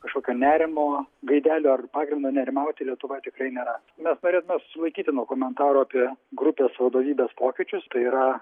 kažkokio nerimo gaidelių ar pagrindo nerimauti lietuva tikrai nėra mes norėtume susilaikyti nuo komentarų apie grupės vadovybės pokyčius tai yra